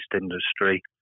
industry